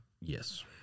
Yes